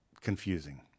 confusing